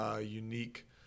unique